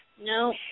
No